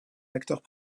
acteurs